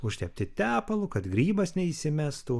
užtepti tepalu kad grybas neįsimestų